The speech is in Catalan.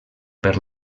per